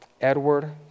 Edward